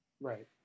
right